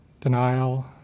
denial